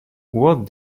what